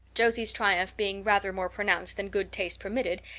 josie's triumph being rather more pronounced than good taste permitted,